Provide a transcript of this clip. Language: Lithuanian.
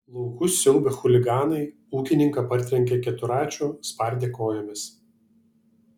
laukus siaubę chuliganai ūkininką partrenkė keturračiu spardė kojomis